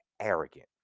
arrogant